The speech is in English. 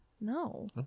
No